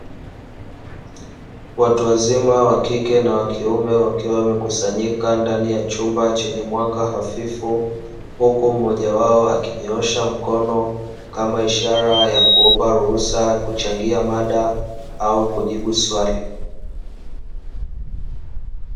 Watu wazima wakike na wakiume wakiwa wamekusanyika ndani ya chumba chenye mwanga hafifu, huku mmoja wao akinyoosha mkono kama ishara ya kuomba ruhusa ya kuchangia mada au kujibu swali.